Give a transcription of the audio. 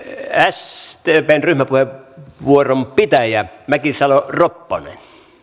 sdpn ryhmäpuheenvuoron pitäjä mäkisalo ropponen